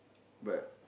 but